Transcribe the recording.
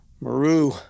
Maru